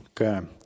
Okay